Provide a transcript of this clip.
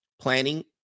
planning